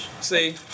See